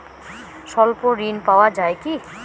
স্বল্প ঋণ পাওয়া য়ায় কি?